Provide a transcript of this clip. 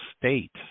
state